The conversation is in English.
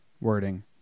wording